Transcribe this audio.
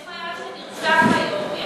יש חייל שנרצח היום.